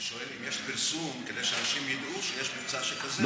אני שואל אם יש פרסום כדי שאנשים ידעו שיש מצב כזה.